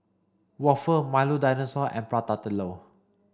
Waffle Milo dinosaur and Prata Telur